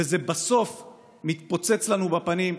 ובסוף זה מתפוצץ לנו בפנים,